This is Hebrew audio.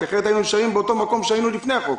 אחרת היינו נשארים באותו מקום שהיינו לפני החוק.